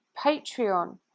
Patreon